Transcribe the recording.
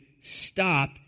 stop